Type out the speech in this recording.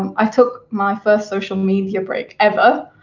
i took my first social media break ever